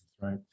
Right